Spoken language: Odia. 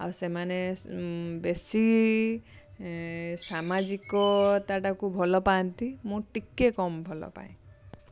ଆଉ ସେମାନେ ବେଶୀ ସମାଜିକତାକୁ ଭଲ ପାଆନ୍ତି ମୁଁ ଟିକେ କମ୍ ଭଲ ପାଏ